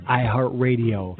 iHeartRadio